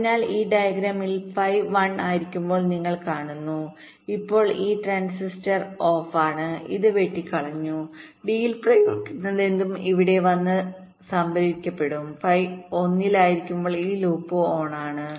അതിനാൽ ഈ ഡയഗ്രാമിൽ phi 1 ആയിരിക്കുമ്പോൾ നിങ്ങൾ കാണുന്നു അപ്പോൾ ഈ ട്രാൻസിസ്റ്റർ ഓഫാണ് ഇത് വെട്ടിക്കളഞ്ഞു ഡിയിൽ പ്രയോഗിക്കുന്നതെന്തും ഇവിടെ വന്ന് ഇവിടെ സംഭരിക്കപ്പെടും phi 1 ആയിരിക്കുമ്പോൾ ഈ ലൂപ്പ് ഓണാണ്